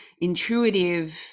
intuitive